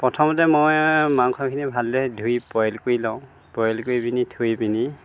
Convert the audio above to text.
প্ৰথমতে মই মাংসখিনি ভালদৰে ধুই বইল কৰি লওঁ বইল কৰি পিনি থৈ পিনি